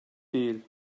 değil